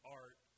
art